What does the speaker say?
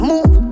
Move